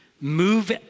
move